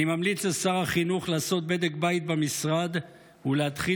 אני ממליץ לשר החינוך לעשות בדק בית במשרד ולהתחיל